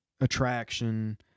attraction